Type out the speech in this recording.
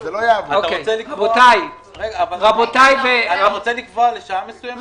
אתה רוצה לקבוע לשעה מסוימת?